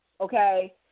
okay